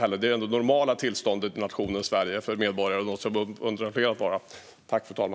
Det är det normala tillståndet för medborgarna i nationen Sverige.